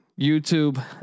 YouTube